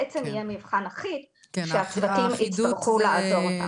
בעצם יהיה מבחן אחיד שהצוותים יצטרכו לעבור.